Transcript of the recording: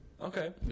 Okay